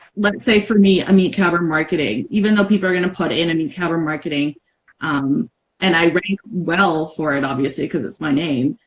let's say for me, ameet khabra marketing. even though people are gonna put in ameet khabra marketing and i rank well for it obviously because it's my name.